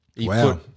Wow